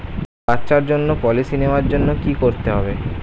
বাচ্চার জন্য পলিসি নেওয়ার জন্য কি করতে হবে?